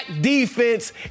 defense